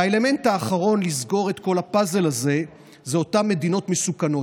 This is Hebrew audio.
והאלמנט האחרון לסגור את כל הפאזל הזה הוא אותן מדינות מסוכנות.